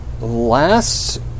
last